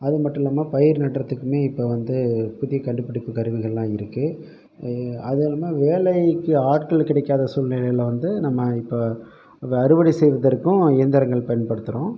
அதுமட்டும் இல்லாமல் பயிர் நடுறதுக்குமே இப்போ வந்து புதிய கண்டுபிடிப்பு கருவிகளெலாம் இருக்குது அதுயில்லாமல் வேலைக்கு ஆட்கள் கிடைக்காத சூழ்நிலையில் வந்து நம்ம இப்போ இதை அறுவடை செய்வதற்கும் இயந்திரங்கள் பயன்படுத்துகிறோம்